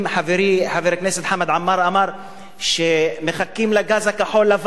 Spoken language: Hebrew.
חברי חבר הכנסת חמד עמאר אמר שמחכים לגז כחול-לבן.